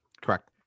Correct